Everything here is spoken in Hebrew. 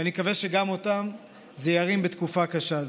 ואני מקווה שגם אותם זה ירים בתקופה קשה זו.